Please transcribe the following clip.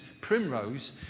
primrose